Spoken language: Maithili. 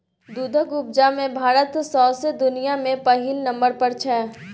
दुधक उपजा मे भारत सौंसे दुनियाँ मे पहिल नंबर पर छै